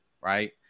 right